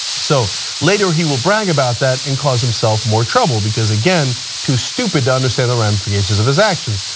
so later, he will brag about that and cause himself more trouble because again too stupid to understand the ramifications of his actions.